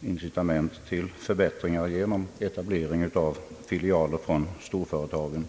incitament till förbättringar genom etablering av filialer från storföretagen.